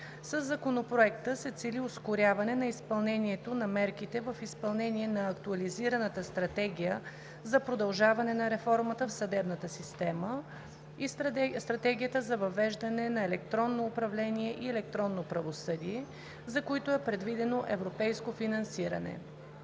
Със Законопроекта се цели ускоряване изпълнението на мерките в изпълнение на Актуализираната стратегия за продължаване на реформата в съдебната система и Стратегията за въвеждане на електронно управление и електронно правосъдие, за които е предвидено европейско финансиране.